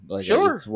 Sure